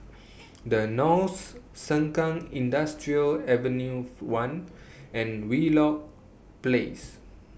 The Knolls Sengkang Industrial Avenue one and Wheelock Place